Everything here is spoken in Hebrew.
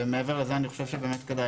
ומעבר לזה אני חושב שבאמת כדאי,